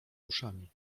uszami